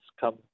come